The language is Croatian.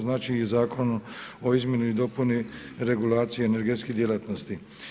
Znači, Zakon o izmjeni i dopuni regulacije energetskih djelatnosti.